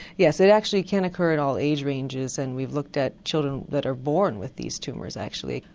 yes, it actually can occur at all age ranges and we've looked at children that are born with these tumours actually.